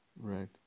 right